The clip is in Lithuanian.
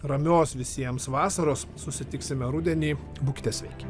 ramios visiems vasaros susitiksime rudenį būkite sveiki